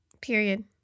Period